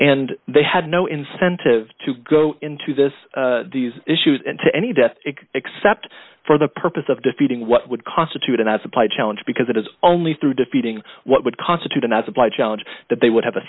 and they had no incentive to go into this these issues and to any death except for the purpose of defeating what would constitute an as applied challenge because it is only through defeating what would constitute an as applied challenge that they would have a